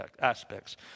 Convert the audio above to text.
aspects